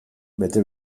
bete